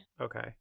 Okay